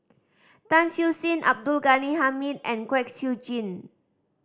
Tan Siew Sin Abdul Ghani Hamid and Kwek Siew Jin